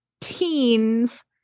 teens